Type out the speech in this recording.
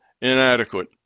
inadequate